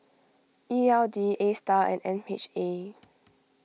E L D Astar and M H A